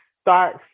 start